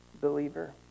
believer